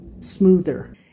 smoother